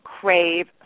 crave